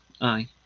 aye